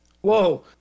Whoa